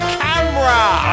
camera